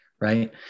right